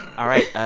all right,